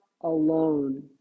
alone